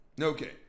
Okay